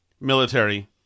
military